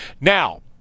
Now